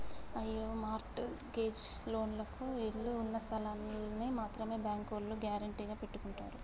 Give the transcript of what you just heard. అయ్యో mortgage లోన్లకు ఇళ్ళు ఉన్నస్థలాల్ని మాత్రమే బ్యాంకోల్లు గ్యారెంటీగా పెట్టుకుంటారు